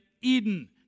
Eden